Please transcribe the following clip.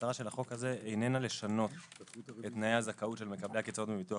שמטרת החוק הזה אינה לשנות את תנאי הזכאות של מקבלי קצבאות מביטוח